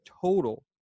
total